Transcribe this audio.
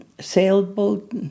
sailboat